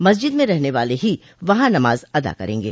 मस्जिद में रहने वाले ही वहां नमाज अदा करेंगे